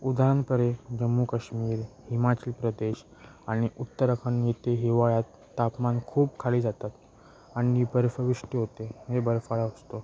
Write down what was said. उधानपरे जम्मू काश्मीर हिमाचल प्रदेश आणि उत्तराखंड येते हिवाळ्यात तापमान खूप खाली जातात आणि बर्फवृष्टी होते हे बर्फाळा असतो